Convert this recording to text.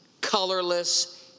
colorless